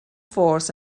force